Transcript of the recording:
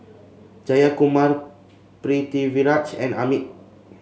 Jayakumar Pritiviraj and Amit